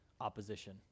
opposition